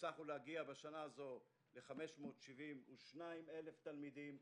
הצלחנו להגיע בשנה זו ל-572,000 תלמידים,